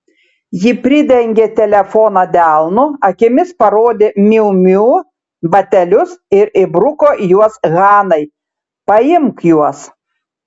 ji pridengė telefoną delnu akimis parodė miu miu batelius ir įbruko juos hanai paimk juos